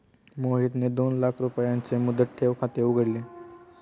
मोहितने दोन लाख रुपयांचे मुदत ठेव खाते उघडले